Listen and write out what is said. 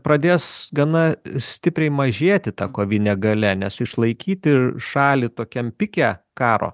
pradės gana stipriai mažėti ta kovinė galia nes išlaikyti šalį tokiam pike karo